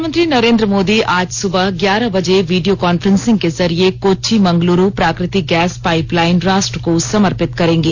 प्रधानमंत्री नरेन्द्र मोदी आज सुबह ग्यारह बजे वीडियो कॉन्फ्रेंसिंग के जरिए कोच्चि मंगलुरु प्राकृतिक गैस पाइपलाइन राष्ट्र को समर्पित करेंगे